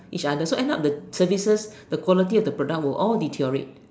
each other so end up the services the quality of the product will all deteriorate